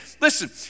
Listen